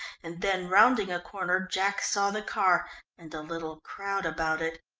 and then rounding a corner, jack saw the car and a little crowd about it.